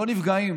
לא נפגעים,